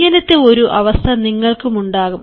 ഇങ്ങനത്തെ ഒരു അവസ്ഥ നിങ്ങൾക്കും ഉണ്ടാകും